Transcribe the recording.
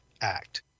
act